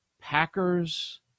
Packers